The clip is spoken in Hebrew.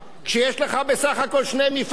כשיש לך בסך הכול שני מפעלים,